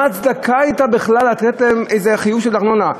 מה הייתה ההצדקה בכלל לתת להן איזשהו חיוב של ארנונה?